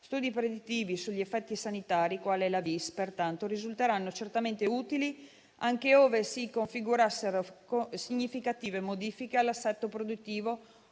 Studi predittivi sugli effetti sanitari, quali la valutazione di impatto sanitario (VIS), risulteranno certamente utili anche ove si configurassero significative modifiche all'assetto produttivo